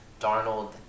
Darnold